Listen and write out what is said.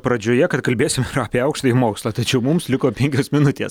pradžioje kad kalbėsime apie aukštąjį mokslą tačiau mums liko penkios minutės